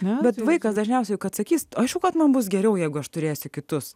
ne bet vaikas dažniausiai atsakys aišku kad man bus geriau jeigu aš turėsiu kitus